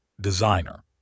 designer